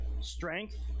strength